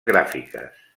gràfiques